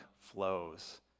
flows